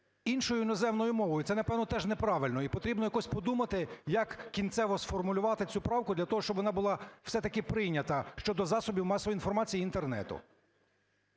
Іншою іноземною мовою – це, напевно, теж неправильно, і потрібно якось подумати, як кінцево сформулювати цю правку для того, щоб вона все-таки прийнята щодо засобів масової інформації і Інтернету.